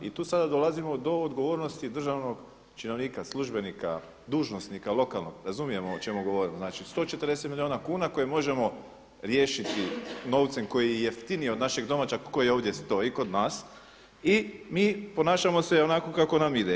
I tu sada dolazimo do odgovornosti državnog činovnika, službenika, dužnosnika lokalnog razumijemo o čemu govorim, znači 140 milijuna kuna koje možemo riješiti novcem koji je jeftiniji od našeg domaćeg koji ovdje stoji kod nas i mi ponašamo se onako kako nam ide.